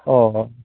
अ